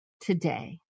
today